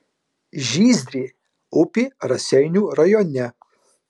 žyzdrė upė raseinių rajone